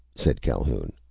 said calhoun,